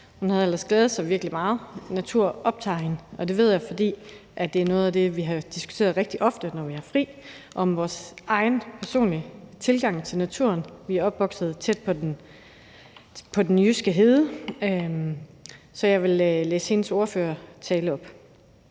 Hun havde ellers glædet sig virkelig meget, for natur optager hende, og det ved jeg, fordi det er noget af det, vi har diskuteret rigtig ofte, når vi har fri, altså vores egen personlige tilgang til naturen. Vi er opvokset tæt på den jyske hede. Jeg vil læse hendes ordførertale op.